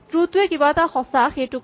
ট্ৰো ৱে কিবা এটা যে সঁচা সেইটো কয়